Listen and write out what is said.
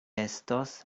estos